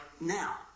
now